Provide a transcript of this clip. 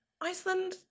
Iceland